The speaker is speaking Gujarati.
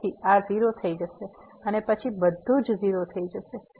તેથી આ 0 થઈ જશે અને પછી બધું જ 0 થશે